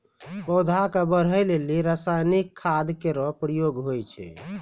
पौधा क बढ़ै लेलि रसायनिक खाद केरो प्रयोग होय छै